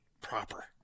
proper